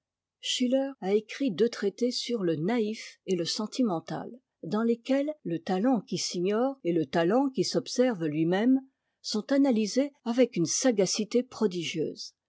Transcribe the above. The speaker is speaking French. schiller a écrit deux traités sur le naïf et le ackmmeh dans lesquels le talent qui s'ignore et le talent qui s'observe lui-même sont analysés avec une sagacité prodigieuse